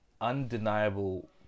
undeniable